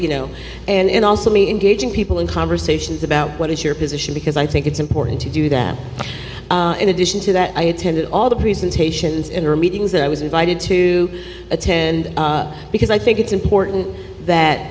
you know and also me engaging people in conversations about what is your position because i think it's important to do that in addition to that i attended all the presentations in her meetings that i was invited to attend because i think it's important that